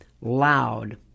loud